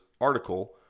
article